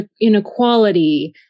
inequality